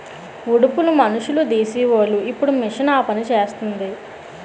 ఉడుపులు మనుసులుడీసీవోలు ఇప్పుడు మిషన్ ఆపనిసేస్తాంది